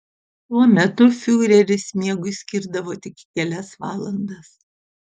tuo metu fiureris miegui skirdavo tik kelias valandas